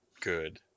Good